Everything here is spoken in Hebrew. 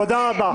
תודה רבה.